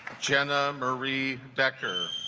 jenna marie dekker